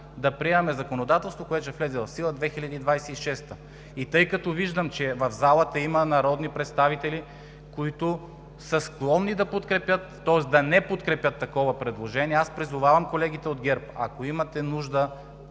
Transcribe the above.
да приемаме законодателство, което ще влезе в сила през 2026 г.? И тъй като виждам, че в залата има народни представители, които са склонни да не подкрепят такова предложение, призовавам колегите от ГЕРБ: ако имате нужда,